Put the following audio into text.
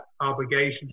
obligations